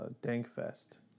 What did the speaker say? Dankfest